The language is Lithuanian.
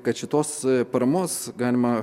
kad šitos paramos galima